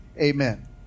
Amen